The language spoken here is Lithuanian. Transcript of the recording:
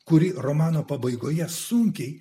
kuri romano pabaigoje sunkiai